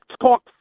talk